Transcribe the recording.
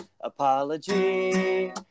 apology